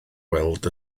weld